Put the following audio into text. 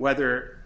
whether